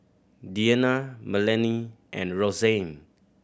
Deanna Melany and Roxanne